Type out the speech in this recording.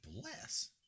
bless